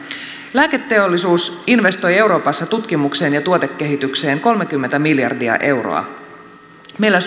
lääketeollisuus investoi euroopassa tutkimukseen ja tuotekehitykseen kolmekymmentä miljardia euroa myös meillä